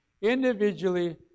individually